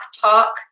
talk